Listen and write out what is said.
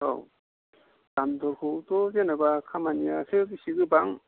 औ दाम दरखौथ' जेनेबा खामानियासो बेसे गोबां